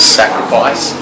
sacrifice